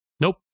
Nope